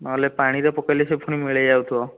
ନହେଲେ ପାଣିରେ ପକେଇଲେ ସେ ଫୁଣି ମିଳେଇ ଯାଉଥିବ